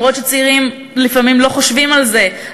למרות שצעירים לפעמים לא חושבים על זה,